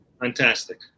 Fantastic